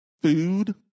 food